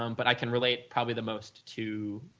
um but i can relate probably the most to